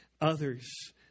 others